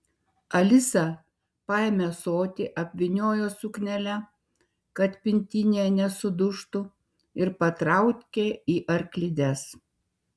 alisa paėmė ąsotį apvyniojo suknele kad pintinėje nesudužtų ir patraukė į arklides